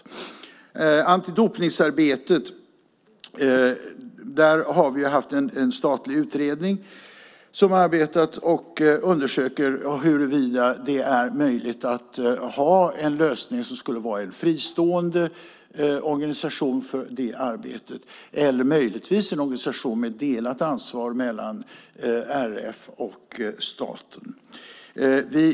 När det gäller antidopningsarbetet har vi en statlig utredning som undersöker huruvida det är möjligt att lösningen skulle kunna vara en fristående organisation för detta arbete eller möjligtvis en organisation med delat ansvar mellan RF och staten.